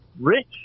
rich